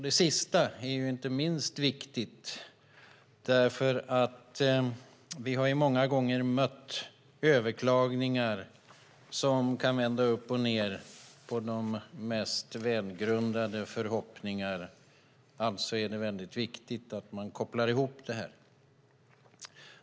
Det sista är inte minst viktigt. Vi har många gånger mött överklaganden som kan vända upp och ned på de mest välgrundande förhoppningar. Det är därför väldigt viktigt att man kopplar ihop detta.